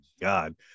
God